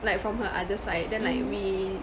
like from her other side then like we